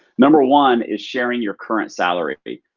number one is sharing your current salary.